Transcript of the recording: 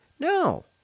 No